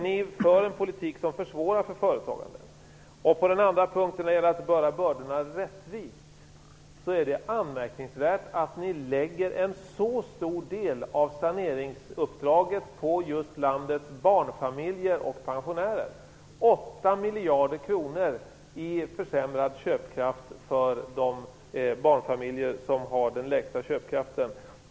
Ni för en politik som försvårar för företagande. På den andra punkten, när det gäller att bära bördorna rättvist, är det anmärkningsvärt att ni lägger en så stor del av saneringsuppdraget på just landets barnfamiljer och pensionärer. 8 miljarder kronor i försämrad köpkraft för de barnfamiljer som har den lägsta köpkraften.